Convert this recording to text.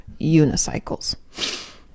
Unicycles